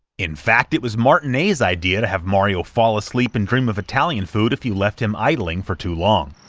in fact, it was marinet's idea to have mario fall asleep and dream of italian food if you left him idling for too long.